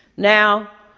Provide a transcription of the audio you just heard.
now,